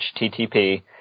HTTP